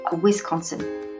Wisconsin